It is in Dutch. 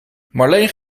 marleen